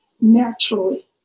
naturally